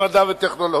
במדע וטכנולוגיה.